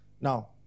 now